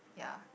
ya